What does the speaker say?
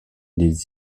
des